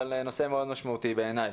אבל זה נושא מאוד משמעותי בעיניי.